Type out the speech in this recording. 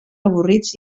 avorrits